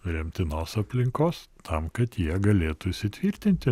remtinos aplinkos tam kad jie galėtų įsitvirtinti